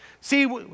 See